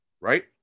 right